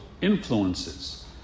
influences